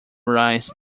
rise